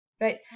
right